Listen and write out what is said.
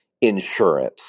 insurance